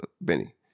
Benny